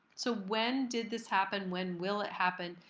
so when did this happen, when will it happen?